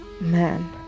Man